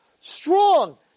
strong